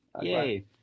Yay